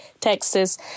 Texas